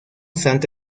santo